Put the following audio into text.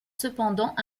cependant